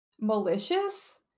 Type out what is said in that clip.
malicious